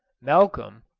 malcolm,